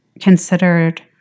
considered